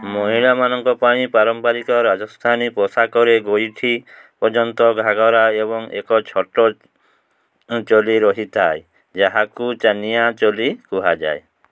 ମହିଳାମାନଙ୍କ ପାଇଁ ପାରମ୍ପରିକ ରାଜସ୍ଥାନୀ ପୋଷାକରେ ଗୋଇଠି ପର୍ଯ୍ୟନ୍ତ ଘାଘରା ଏବଂ ଏକ ଛୋଟ ଚୋଲି ରହିଥାଏ ଯାହାକୁ ଚାନିଆ ଚୋଲି କୁହାଯାଏ